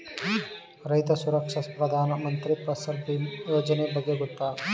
ರೈತ ಸುರಕ್ಷಾ ಪ್ರಧಾನ ಮಂತ್ರಿ ಫಸಲ್ ಭೀಮ ಯೋಜನೆಯ ಬಗ್ಗೆ ಗೊತ್ತೇ?